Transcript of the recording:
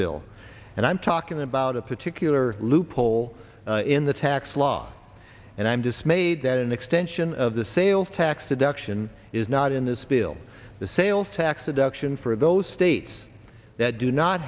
bill and i'm talking about a particular loophole in the tax law and i'm dismayed that an extension of the sales tax deduction is not in this bill the sales tax deduction for those states that do not